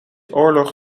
oorlog